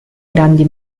grandi